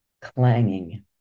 clanging